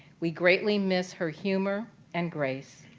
we greatly miss her humor and grace,